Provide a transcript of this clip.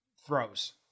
throws